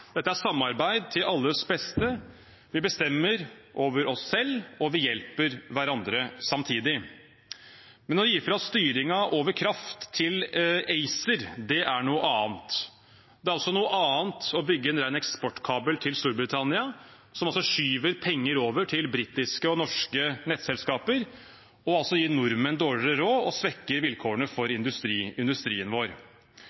Dette er samarbeid til alles beste. Vi bestemmer over oss selv, og vi hjelper hverandre samtidig. Men å gi fra oss styringen over kraft til ACER, det er noe annet. Det er også noe annet å bygge en ren eksportkabel til Storbritannia, som skyver penger over til britiske og norske nettselskaper, gir nordmenn dårligere råd og svekker vilkårene for